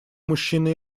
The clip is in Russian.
мужчины